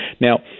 Now